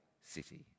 city